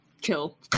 kill